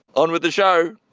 on with the show